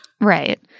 Right